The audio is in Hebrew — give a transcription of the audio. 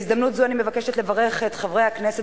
בהזדמנות זו אני מבקשת לברך את חברי הכנסת